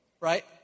Right